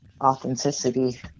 authenticity